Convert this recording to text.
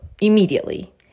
immediately